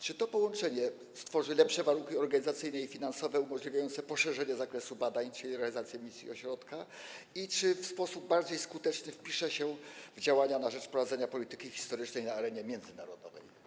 Czy to połączenie stworzy lepsze warunki organizacyjne i finansowe umożliwiające poszerzenie zakresu badań, czyli realizację misji ośrodka, i czy w sposób bardziej skuteczny wpisze się on w działania na rzecz prowadzenia polityki historycznej na arenie międzynarodowej?